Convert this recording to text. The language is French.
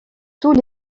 tous